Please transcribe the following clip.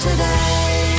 Today